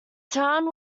town